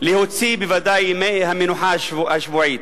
להוציא בוודאי ימי המנוחה השבועית,